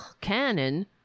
Cannon